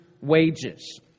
wages